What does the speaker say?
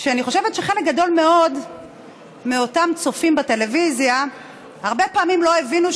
שאני חושבת שחלק גדול מאוד מאותם צופים בטלוויזיה הרבה פעמים לא הבינו,